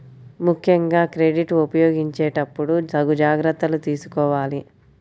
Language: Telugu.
ముక్కెంగా క్రెడిట్ ఉపయోగించేటప్పుడు తగు జాగర్తలు తీసుకోవాలి